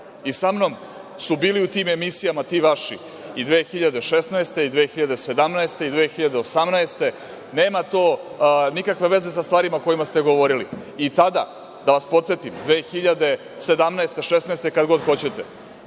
mnom su bili u tim emisijama ti vaši i 2016, i 2017, i 2018. godine. Nema to nikakve veze sa stvarima o kojima ste govorili. I tada, da vas podsetim, 2016, 2017. godine, kad god hoćete,